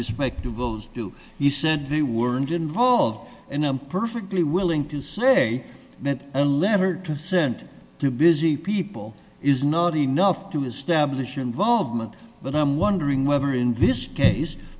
respect to goes to you said we weren't involved in a perfectly willing to say that a letter to sent to busy people is not enough to establish involvement but i'm wondering whether in this case